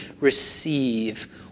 receive